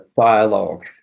dialogue